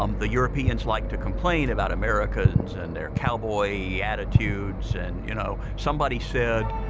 um the europeans like to complain about americans and their cowboy attitudes and you know somebody said